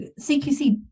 CQC